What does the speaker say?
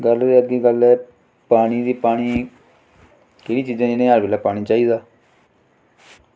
गल्ल लग्गी गल्ल पा'नी दी पानी केईं चीज़ां जिनेंगी पानी चाहिदा